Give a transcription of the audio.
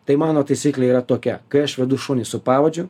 tai mano taisyklė yra tokia kai aš vedu šunį su pavadžiu